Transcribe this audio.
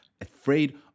afraid